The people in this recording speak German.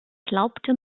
glaubte